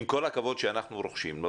עם כל הכבוד שאנחנו רוכשים לו,